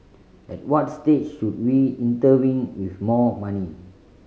at what stage should we intervene with more money